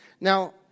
Now